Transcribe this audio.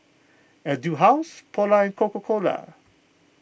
Etude House Polar and Coca Cola